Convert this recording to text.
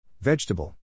Vegetable